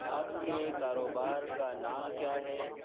آپ کے کاروبار کا نام کیا ہے